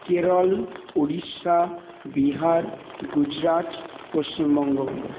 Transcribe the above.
Kerala Orissa Bihar Gujarat Paschimbanga